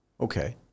Okay